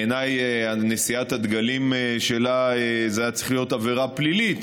בעיניי נשיאת דגלים שלה הייתה צריך להיות עבירה פלילית,